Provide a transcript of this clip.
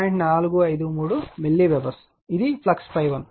453 milliweber గా లభిస్తుంది ఇది ∅1